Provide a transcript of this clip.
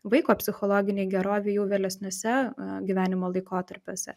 vaiko psichologinei gerovei jau vėlesniuose gyvenimo laikotarpiuose